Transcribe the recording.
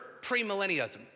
premillennialism